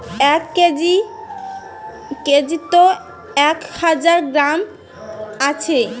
এক কেজিত এক হাজার গ্রাম আছি